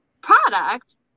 product